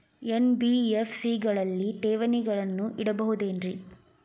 NBFC ಗಳಲ್ಲಿ ಠೇವಣಿಗಳನ್ನು ಇಡಬಹುದೇನ್ರಿ?